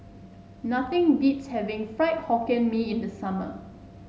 nothing beats having Fried Hokkien Mee in the summer